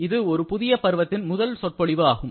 இது ஒரு புதிய பருவத்தின் முதல் சொற்பொழிவு ஆகும்